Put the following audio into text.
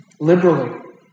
liberally